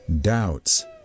doubts